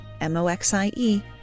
M-O-X-I-E